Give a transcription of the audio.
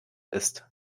ist